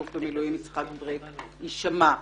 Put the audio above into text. האלוף במילואים יצחק בריק, יישמע.